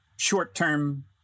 short-term